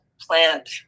plant